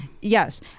Yes